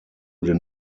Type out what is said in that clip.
den